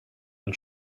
and